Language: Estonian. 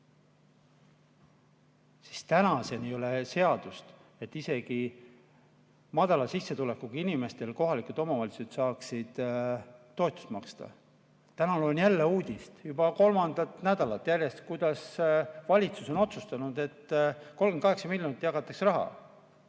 ei ole veel seadust, et isegi madala sissetulekuga inimestele saaksid kohalikud omavalitsused toetust maksta. Täna loen jälle uudist, juba kolmandat nädalat järjest, kuidas valitsus on otsustanud, et 38 miljonit jagatakse raha.